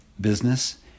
business